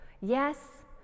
Yes